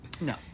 no